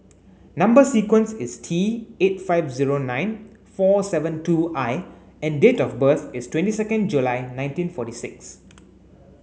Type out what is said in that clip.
number sequence is T eight five zero nine four seven two I and date of birth is twenty second July nineteen forty six